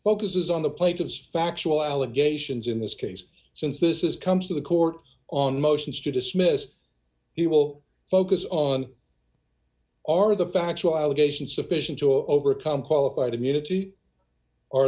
focuses on the plates of factual allegations in this case since this is comes to the court on motions to dismiss he will focus on are the factual allegations sufficient to overcome qualified immunity